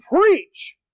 preach